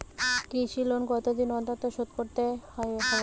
কৃষি লোন কতদিন অন্তর শোধ করতে হবে?